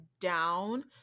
down